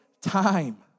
Time